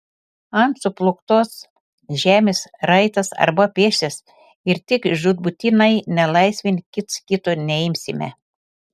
ant suplūktos žemės raitas arba pėsčias ir tik žūtbūtinai nelaisvėn kits kito neimsime